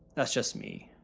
that's just me.